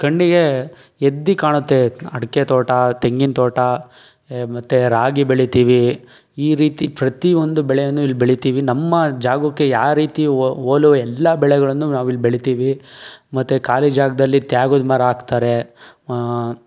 ಕಣ್ಣಿಗೆ ಎದ್ದು ಕಾಣತ್ತೆ ಅಡಿಕೆ ತೋಟ ತೆಂಗಿನ ತೋಟ ಎ ಮತ್ತೆ ರಾಗಿ ಬೆಳಿತೀವಿ ಈ ರೀತಿ ಪ್ರತಿಯೊಂದು ಬೆಳೆಯನ್ನು ಇಲ್ಲಿ ಬೆಳಿತೀವಿ ನಮ್ಮ ಜಾಗಕ್ಕೆ ಯಾವ ರೀತಿ ಹೋಲೊ ಎಲ್ಲ ಬೆಳೆಗಳನ್ನು ನಾವು ಇಲ್ಲಿ ಬೆಳಿತೀವಿ ಮತ್ತೆ ಖಾಲಿ ಜಾಗದಲ್ಲಿ ತೇಗದ ಮರ ಹಾಕ್ತಾರೆ